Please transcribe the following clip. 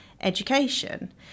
education